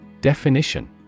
Definition